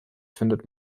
findet